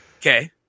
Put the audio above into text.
Okay